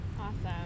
awesome